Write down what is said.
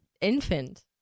infant